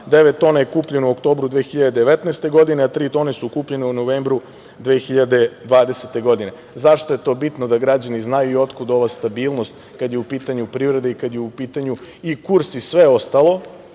9 tona je kupljeno u oktobru 2019. godine, a 3 tone su kupljene u novembru 2020. godine.Zašto je to bitno da građani znaju i otkud ova stabilnost kada je u pitanju privreda i kada je u pitanju i kurs i sve ostalo,